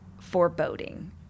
foreboding